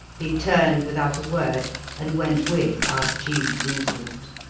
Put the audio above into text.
he turned without a word and went with arjeeb noosrut.